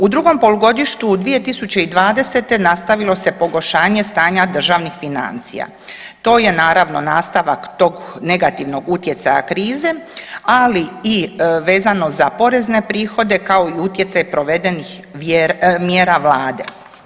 U drugom polugodištu 2020. nastavilo se pogoršanje stanja državnih financija, to je naravno nastavak tog negativnog utjecaja krize, ali i vezano za porezne prihode kao i utjecaj provedenih mjera vlade.